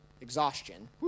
exhaustion